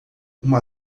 uma